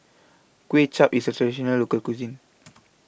Kuay Chap IS A Traditional Local Cuisine